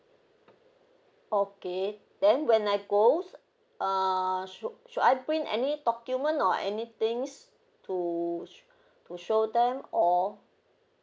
okay then when I go uh should should I print any document or anythings to to show them all